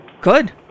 Good